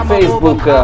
Facebook